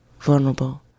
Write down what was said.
vulnerable